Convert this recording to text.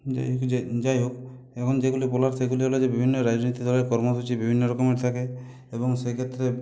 যাই যা যাই হোক এখন যেগুলি বলার সেগুলি হলো যে বিভিন্ন রাজনৈতিক দলের কর্মসূচি বিভিন্ন রকমের থাকে এবং সেক্ষেত্রে